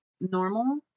normal